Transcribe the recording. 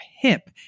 hip